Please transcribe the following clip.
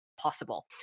possible